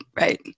Right